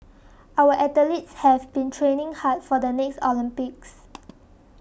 our athletes have been training hard for the next Olympics